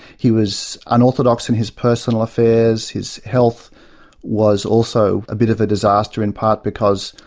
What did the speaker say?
he was unorthodox in his personal affairs, his health was also a bit of a disaster, in part because,